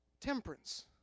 Temperance